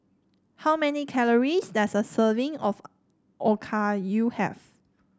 how many calories does a serving of Okayu have